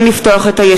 כבוד